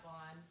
on